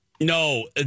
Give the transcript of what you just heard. no